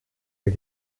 der